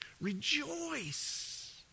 rejoice